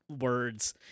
words